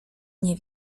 nie